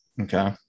okay